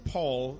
Paul